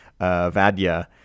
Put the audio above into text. Vadya